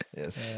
yes